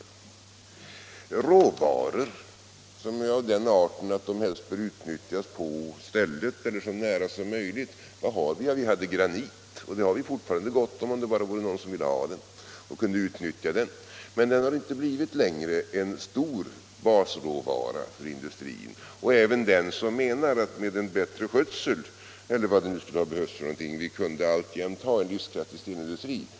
Vad har vi när det gäller råvaror som är av den arten att de helst bör utnyttjas på stället där de finns eller så nära som möjligt? Vi hade granit, och det har vi fortfarande gott om, om bara någon ville ha den och kunde utnyttja den. Men den är inte längre en stor basråvara för industrin, även om den har rätt som menar att vi med bättre skötsel —- eller vad det nu skulle vara — alltjämt skulle ha haft en livskraftig stenindustri.